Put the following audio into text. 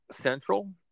Central